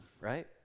right